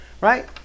right